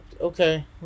okay